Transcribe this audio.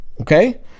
okay